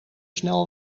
snel